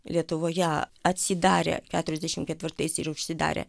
lietuvoje atsidarė keturiasdešim ketvirtais ir užsidarė